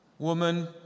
Woman